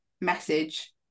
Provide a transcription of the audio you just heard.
message